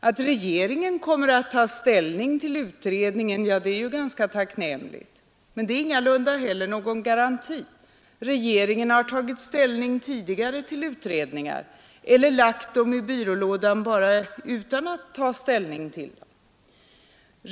Att regeringen kommer att ta ställning till utredningens betänkande är tacknämligt, men det är ju inte någon garanti. Regeringen har tidigare tagit ställning till betänkanden från olika utredningar eller lagt handlingarna i byrålådan utan att ta ställning till dem.